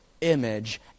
image